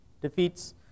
Defeats